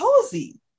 cozy